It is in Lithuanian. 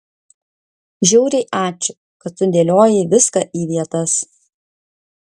žiauriai ačiū kad sudėliojai viską į vietas